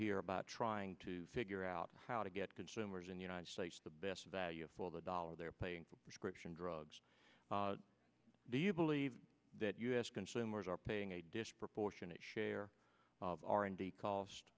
here about trying to figure out how to get consumers in the united states the best value for the dollar they're paying scription drugs do you believe that u s consumers are paying a disproportionate share of r and d cost